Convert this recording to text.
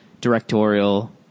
directorial